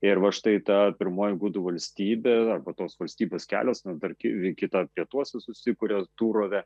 ir va štai ta pirmoji gudų valstybė arba tos valstybės kelios na dar kita pietuose susikuria turove